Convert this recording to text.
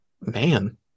Man